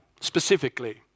Specifically